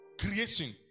creation